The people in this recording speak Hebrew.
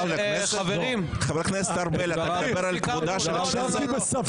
חבר הכנסת ארבל, אתה מדבר על כבודה של הכנסת?